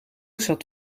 zat